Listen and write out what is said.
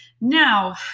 Now